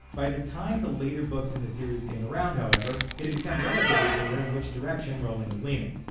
by the time the later books in the series came around, however, it had become relatively clear in which direction rowling was leaning.